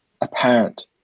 apparent